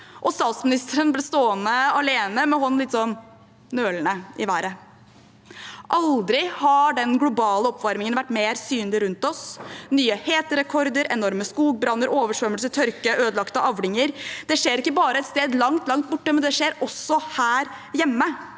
statsministeren ble stående alene med hånden litt nølende i været. Aldri har den globale oppvarmingen vært mer synlig rundt oss. Nye heterekorder, enorme skogbranner, oversvømmelser, tørke og ødelagte avlinger skjer ikke bare et sted langt, langt borte, det skjer også her hjemme